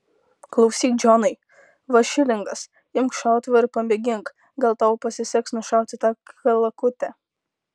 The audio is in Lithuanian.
klausyk džonai va šilingas imk šautuvą ir pamėgink gal tau pasiseks nušauti tą kalakutę